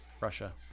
Russia